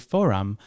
Forum